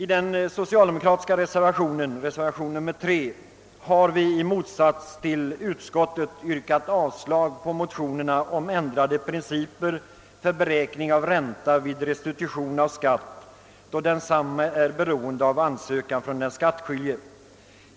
I den socialdemokratiska reservationen, nr 3, har vi i motsats till utskottsmajoriteten yrkat avslag på motionerna om ändrade principer för beräkning av ränta vid restitution av skatt när densamma är beroende av ansökan från skattskyldiga.